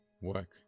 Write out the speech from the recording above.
work